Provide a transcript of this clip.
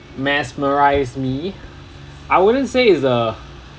mesmerised me I wouldn't say it's a